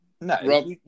no